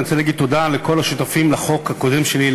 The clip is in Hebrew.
אני רוצה להגיד תודה לכל השותפים לחוק הקודם שלי,